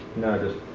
no, just